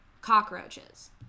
cockroaches